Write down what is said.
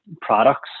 products